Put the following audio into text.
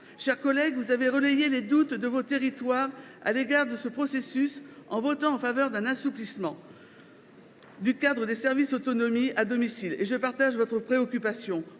chers collègues, vous avez relayé les doutes de vos territoires à l’égard de ce processus en votant en faveur d’un assouplissement du cadre des services autonomie à domicile. Je partage votre préoccupation.